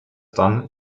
done